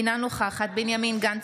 אינה נוכחת בנימין גנץ,